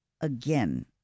again